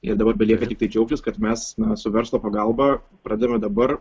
ir dabar belieka tiktai džiaugtis kad mes na su verslo pagalba pradedame dabar